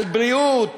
על בריאות,